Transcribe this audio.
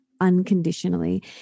unconditionally